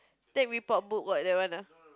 take report book what that one ah